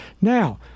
Now